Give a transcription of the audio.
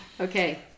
Okay